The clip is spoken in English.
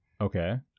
Okay